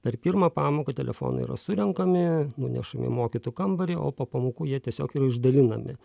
per pirmą pamoką telefonai yra surenkami nunešami į mokytojų kambarį o po pamokų jie tiesiog yra išdalinami